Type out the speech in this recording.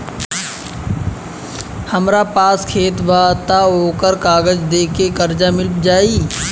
हमरा पास खेत बा त ओकर कागज दे के कर्जा मिल जाई?